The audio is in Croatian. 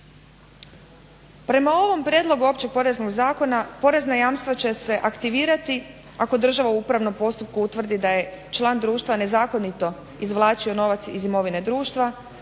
Prema ovom Prijedlogu općeg poreznog zakona porezna jamstva će se aktivirati ako država u upravnom postupku utvrdi da je član društva nezakonito izvlačio novac iz imovine društva,